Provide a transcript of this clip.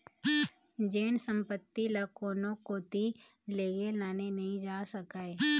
जेन संपत्ति ल कोनो कोती लेगे लाने नइ जा सकय